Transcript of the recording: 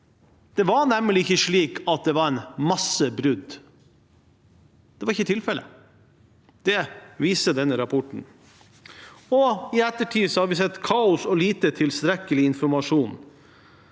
Det var nemlig ikke slik at det var en masse brudd. Det var ikke tilfellet. Det viser denne rapporten, og i ettertid har vi sett kaos og lite tilstrekkelig informasjon.